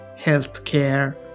healthcare